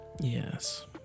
Yes